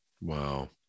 Wow